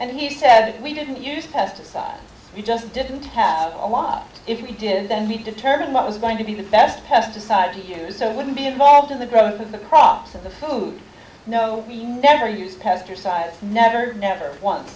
and he said we didn't use pesticides we just didn't have a lot if we did then we determine what was going to be the best pesticide to use so it wouldn't be involved in the growth of the crops of the food no we never use pesticides never never once